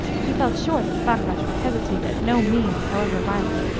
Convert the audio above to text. he felt sure that fakrash would hesitate at no means, however violent,